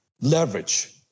leverage